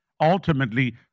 Ultimately